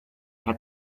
hat